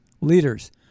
leaders